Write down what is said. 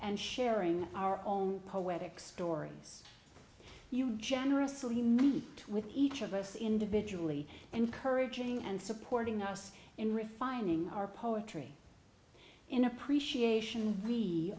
and sharing our own poetic stories you generously meet with each of us individually and courage ng and supporting us in refining our poetry in appreciation we